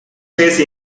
face